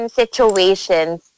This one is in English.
situations